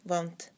Want